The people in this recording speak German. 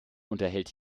unterhält